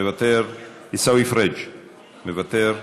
מוותר, עיסאווי פריג' מוותר,